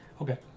Okay